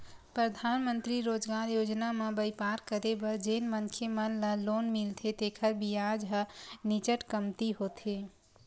परधानमंतरी रोजगार योजना म बइपार करे बर जेन मनखे मन ल लोन मिलथे तेखर बियाज ह नीचट कमती होथे